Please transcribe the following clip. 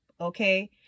Okay